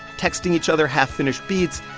texting each other half-finished beats,